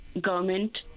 government